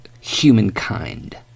humankind